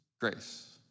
grace